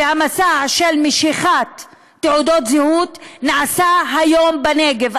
והמסע של משיכת תעודות זהות, נעשה היום בנגב.